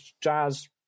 jazz